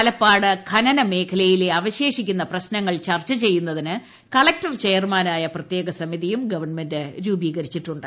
ആലപ്പാട് ഖനനമേഖലയിലെ അവശേഷിക്കുന്ന പ്രശ്നങ്ങൾ ചർച്ച ചെയ്യുന്നതിന് കലക്ടർ ചെയർമാനായ പ്രത്യേക സമിതിയും ഗവൺമെന്റ് രൂപീകരിച്ചിട്ടുണ്ട്